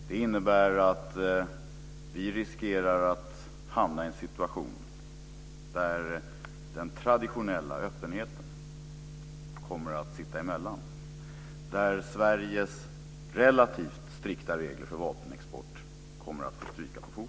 Det innebär att vi riskerar att hamna i en situation där den traditionella öppenheten kommer att sitta emellan, där Sveriges relativt strikta regler för vapenexport kommer att få stryka på foten.